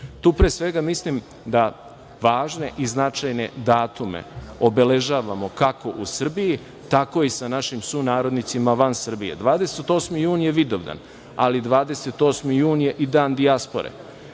Tu pre svega mislim na važne i značajne datume, obeležavamo kako u Srbiji, tako i sa našim sunarodnicima van Srbije. Dakle, 28. jun je Vidovdan, ali 28. jun je i datum dijaspore.